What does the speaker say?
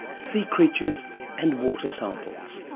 sea creatures and water samples.